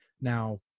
Now